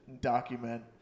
document